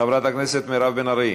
חברת הכנסת מירב בן ארי.